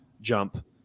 jump